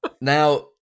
Now